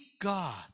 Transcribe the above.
God